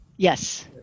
Yes